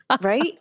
Right